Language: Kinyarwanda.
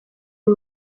uru